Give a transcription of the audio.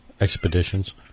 expeditions